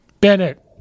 Bennett